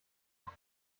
noch